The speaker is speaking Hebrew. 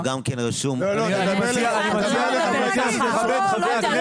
אני מציע לכבד את חבר הכנסת.